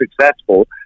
successful